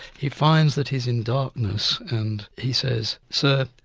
he finds that he's in darkness and he says sir,